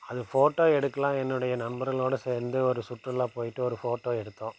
அது ஃபோட்டோ எடுக்கலாம் என்னோடய நண்பர்களோடு சேர்ந்து ஒரு சுற்றுலா போயிட்டு ஒரு ஃபோட்டோ எடுத்தோம்